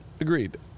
Agreed